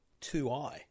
2i